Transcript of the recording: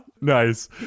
Nice